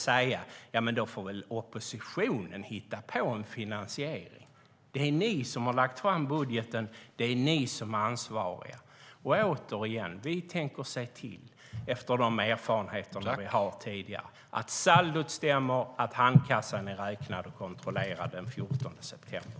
Då kan ni inte säga att oppositionen får hitta på en finansiering. Det är ni som har lagt fram budgeten, och det är ni som är ansvariga. Återigen vill jag säga att vi tänker se till, efter tidigare erfarenheter, att saldot stämmer och att handkassan är räknad och kontrollerad den 14 september.